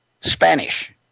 Spanish